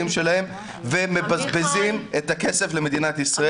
שלהם ומבזבזים את הכסף למדינת ישראל.